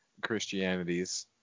Christianities